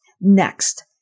Next